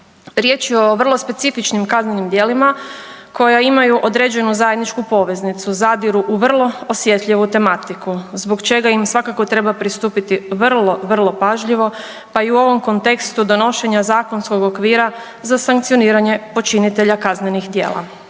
Riječ je o vrlo specifičnim kaznenim djelima koja imaju određenu zajedničku poveznicu, zadiru u vrlo osjetljivu tematiku zbog čega im svakako treba pristupiti vrlo, vrlo pažljivo pa i u ovom kontekstu donošenja zakonskog okvira za sankcioniranje počinitelja kaznenih djela.